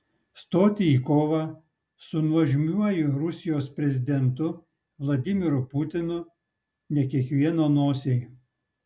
stoti į kovą su nuožmiuoju rusijos prezidentu vladimiru putinu ne kiekvieno nosiai